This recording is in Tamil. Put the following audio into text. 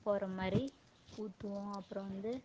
போகிற மாதிரி ஊற்றுவோம் அப்புறம் வந்து